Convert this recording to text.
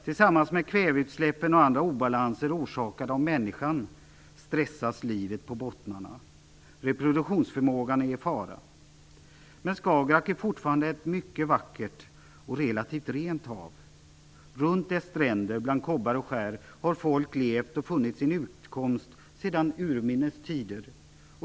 Tillsammans med kväveutsläppen och andra obalanser orsakade av människan stressas livet på bottnarna. Reproduktionsförmågan är i fara. Men Skagerrak är fortfarande ett mycket vackert och relativt rent hav. Runt dess stränder, bland kobbar och skär, har folk levt och funnit sin utkomst sedan urminnes tider.